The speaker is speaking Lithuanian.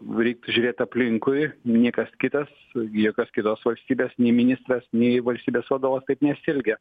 nu reik pažiūrėt aplinkui niekas kitas joklios kelios valstybės nei ministras nei valstybės vadovas taip nesielgia